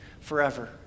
forever